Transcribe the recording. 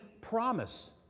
promise